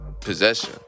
possession